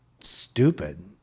stupid